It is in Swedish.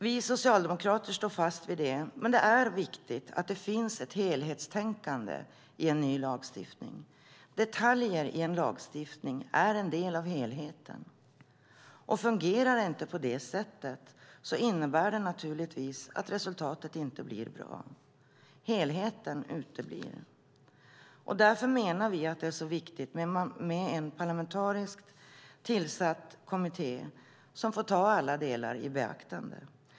Vi socialdemokrater står fast vid det, men det är viktigt att det finns ett helhetstänkande i en ny lagstiftning. Detaljer i en lagstiftning är en del av helheten, och fungerar det inte på det sättet innebär det naturligtvis att resultatet inte blir bra. Helheten uteblir. Därför menar vi att det är så viktigt med en parlamentariskt tillsatt kommitté som får ta alla delar i beaktande.